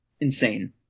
insane